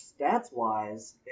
stats-wise